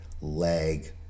leg